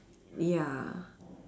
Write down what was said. ya